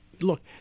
look